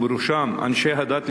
ובראשם אנשי הדת,